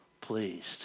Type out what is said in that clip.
pleased